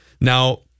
now